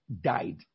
died